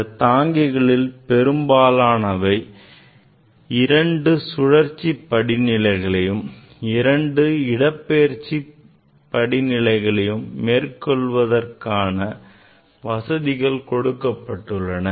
இந்த தாங்கிகளில் பெரும்பாலானவை இரண்டு சுழற்சி படிநிலைகளையும் இரண்டு இடப்பெயர்ச்சி படிநிலைகளையும் மேற்கொள்வதற்கான வசதிகள் கொடுக்கப்பட்டுள்ளன